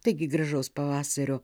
taigi gražaus pavasario